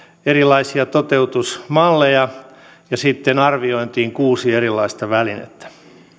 erilaisia toteutusmalleja ja sitten arviointiin kuusi erilaista välinettä